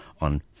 on